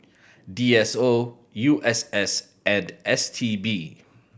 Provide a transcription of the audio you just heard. D S O U S S and S T B